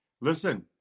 Listen